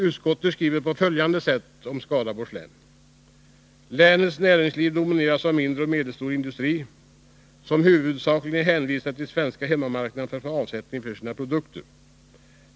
Utskottet skriver på följande sätt om Skaraborgs län: ”Länets näringsliv domineras av mindre och medelstor industri, som huvudsakligen är hänvisad till den svenska hemmamarknaden för att få avsättning för sina produkter.